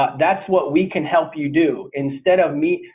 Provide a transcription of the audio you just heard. that's what we can help you do instead of me.